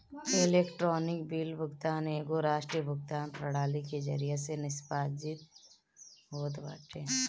electronic bill भुगतान एगो राष्ट्रीय भुगतान प्रणाली के जरिया से निष्पादित होत बाटे